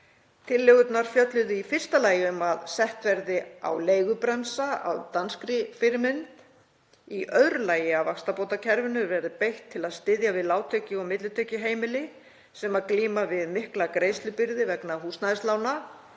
Tillögurnar fjölluðu í fyrsta lagi um að sett verði á leigubremsa að danskri fyrirmynd. Í öðru lagi að vaxtabótakerfinu verði beitt til að styðja við lágtekju- og millitekjuheimili sem glíma við mikla greiðslubyrði vegna húsnæðislána,